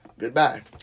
goodbye